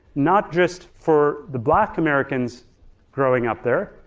not just for the black americans growing up there,